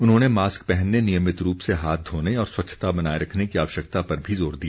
उन्होंने मास्क पहनने नियमित रूप से हाथ धोने और स्वच्छता बनाए रखने की आवश्यकता पर भी जोर दिया